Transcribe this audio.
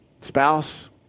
Spouse